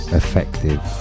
effective